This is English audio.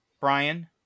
Brian